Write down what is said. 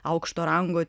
aukšto rango